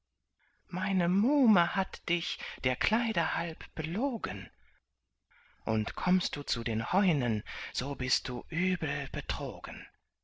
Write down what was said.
meine muhme hat dich der kleider halb belogen und kommst du zu den heunen so bist du übel betrogen